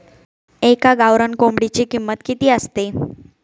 एका गावरान कोंबडीची किंमत किती असते?